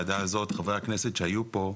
חברי הכנסת שהיו פה,